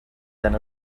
than